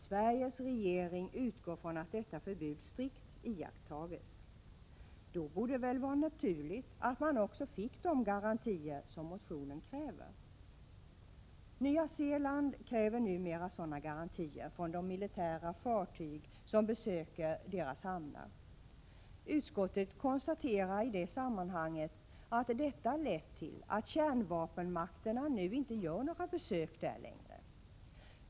Sveriges regering utgår från att detta förbud strikt iakttages.” Då borde det väl vara naturligt att man också fick de garantier som motionen kräver. Nya Zeeland kräver numera sådana garantier från de militära fartyg som besöker deras hamnar. Utskottet konstaterar i det sammanhanget att detta lett till att kärnvapenmakterna nu inte gör några besök där längre.